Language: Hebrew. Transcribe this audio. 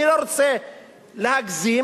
אני לא רוצה להגזים,